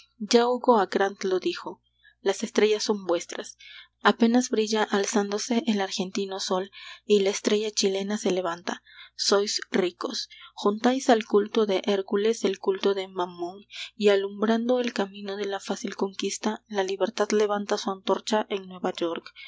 grant lo dijo las estrellas son vuestras apenas brilla alzándose el argentino sol y la estrella chilena se levanta sois ricos juntáis al culto de hércules el culto de mammón y alumbrando el camino de la fácil conquista la libertad levanta su antorcha en nueva york